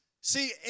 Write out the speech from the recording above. see